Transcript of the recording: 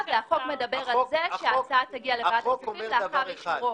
החוק מדבר על זה שההצעה תגיע לוועדת הכספים לאחר אישורו.